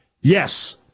Yes